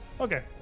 Okay